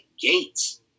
gates